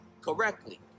correctly